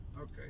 Okay